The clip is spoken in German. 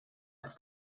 als